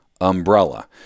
umbrella